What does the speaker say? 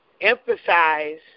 emphasize